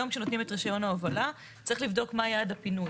היום כשנותנים את רישיון ההובלה צריך לבדוק מה יעד הפינוי.